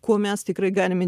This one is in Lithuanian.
kuo mes tikrai galime